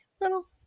little